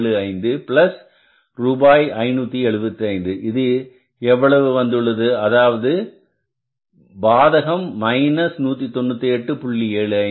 75 ரூபாய் 575 இது எவ்வளவு வந்துள்ளது அதாவது பாதகம் 198